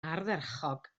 ardderchog